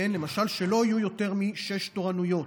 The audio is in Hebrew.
למשל שלא יהיו יותר משש תורנויות.